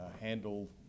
handle